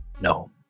no